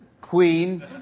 queen